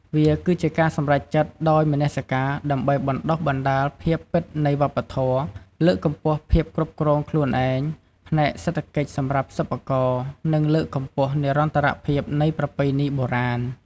វាគឺជាការសម្រេចចិត្តដោយមនសិការដើម្បីបណ្តុះបណ្តាលភាពពិតនៃវប្បធម៌ លើកកម្ពស់ភាពគ្រប់គ្រងខ្លួនឯងផ្នែកសេដ្ឋកិច្ចសម្រាប់សិប្បករ និងលើកកម្ពស់និរន្តរភាពនៃប្រពៃណីបុរាណ។